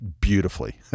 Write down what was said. beautifully